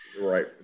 Right